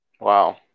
Wow